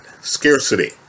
scarcity